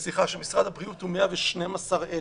הוא 112,000,